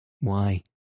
Why